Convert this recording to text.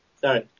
Sorry